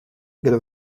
gyda